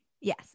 Yes